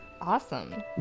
Awesome